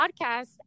podcast